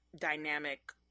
dynamic